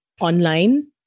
online